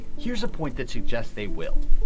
here's a point that suggests they will.